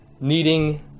needing